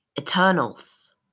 Eternals